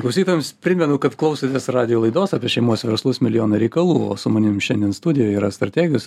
klausytojams primenu kad klausotės radijo laidos apie šeimos verslus milijonai reikalų o su manim šiandien studijoj yra strategijos ir